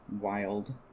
Wild